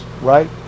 Right